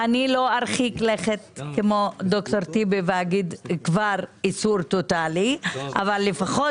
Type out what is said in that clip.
ארחיק לכת כמו ד"ר טיבי ואומר כבר איסור טוטאלי אבל לפחות